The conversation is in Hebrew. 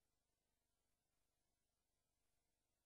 שצומח